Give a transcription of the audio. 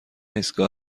ایستگاه